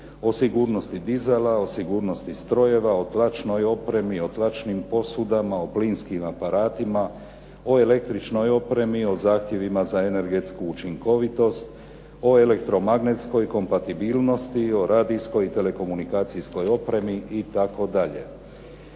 o sigurnosti dizala, o sigurnosti strojeva, o tlačnoj opremi, o tlačnim posudama, o plinskim aparatima, o električnoj opremi, o zahtjevima za energetsku učinkovitost, o elektromagnetskoj kompatibilnosti, o radijacijskoj i telekomunikacijskoj opremi itd.